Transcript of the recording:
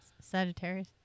Sagittarius